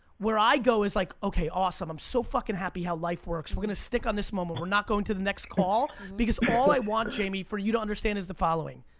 where i go is like okay awesome, i'm so fucking happy how life works. we're gonna stick on this moment, we're not going to the next call because all i want, jamie, for you to understand is the following.